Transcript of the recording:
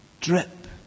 drip